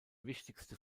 wichtigste